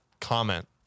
comment